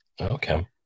Okay